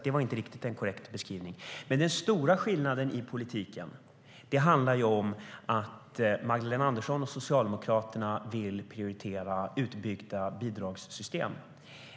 Den stora skillnaden i politiken handlar om att Magdalena Andersson och Socialdemokraterna vill prioritera utbyggda bidragssystem.